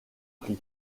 prix